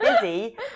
busy